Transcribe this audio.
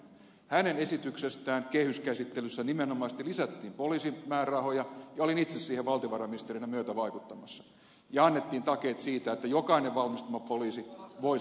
hänen esityksestään kehyskäsittelyssä nimenomaisesti lisättiin poliisin määrärahoja ja olin itse siihen valtiovarainministerinä myötävaikuttamassa ja annettiin takeet siitä että jokainen valmistuva poliisi voi saada työpaikan